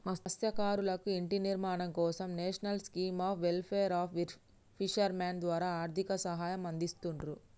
మత్స్యకారులకు ఇంటి నిర్మాణం కోసం national scheme of welfare of fishermen ద్వారా ఆర్థిక సహాయం అందిస్తున్రు